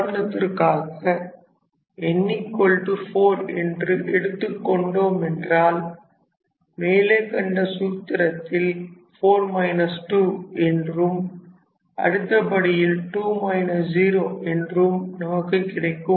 உதாரணத்திற்காக n4 என்று எடுத்துக் கொண்டோம் என்றால் மேலே கண்ட குறைப்புச் சூத்திரத்தில் என்றும் அடுத்த படியில் என்றும் நமக்கு கிடைக்கும்